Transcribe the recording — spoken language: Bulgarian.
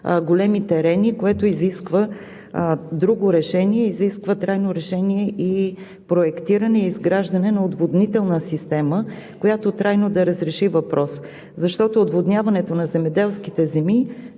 големите терени, което изисква трайно решение – проектиране и изграждане на отводнителна система, която трайно да разреши въпроса. Защото отводняването на земеделските земи